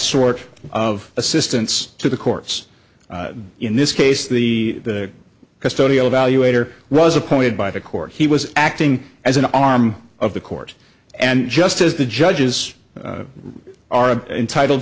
sort of assistance to the courts in this case the the custodial evaluator was appointed by the court he was acting as an arm of the court and just as the judges are entitled